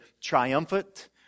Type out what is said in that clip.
triumphant